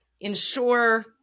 ensure